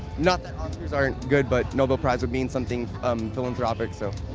not that oscars aren't good, but nobel prize would mean something um philanthropic, so.